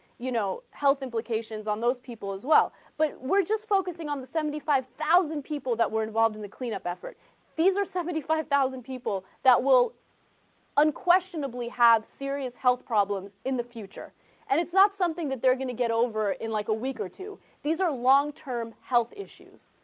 you know health implications on those people as well but we're just focusing on the seventy five thousand people that were involved in the cleanup effort these are seventy five thousand people that well unquestionably have serious health problems in the future and it's not something that they're gonna get over it like a week or two these are long-term health issues